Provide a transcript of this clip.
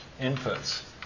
inputs